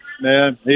man